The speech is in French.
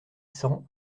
cents